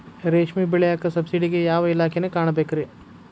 ರೇಷ್ಮಿ ಬೆಳಿಯಾಕ ಸಬ್ಸಿಡಿಗೆ ಯಾವ ಇಲಾಖೆನ ಕಾಣಬೇಕ್ರೇ?